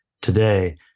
today